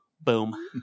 Boom